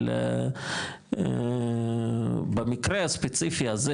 אבל במקרה הספציפי הזה,